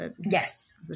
Yes